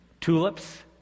Tulips